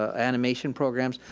ah animation programs,